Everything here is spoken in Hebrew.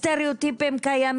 בלי להאשים את העבודה שלכן,